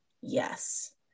Yes